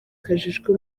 kajejwe